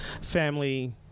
family